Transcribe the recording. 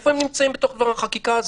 איפה הם בדבר החקיקה הזו?